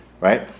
right